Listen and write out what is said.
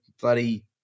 bloody